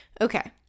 Okay